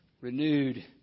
renewed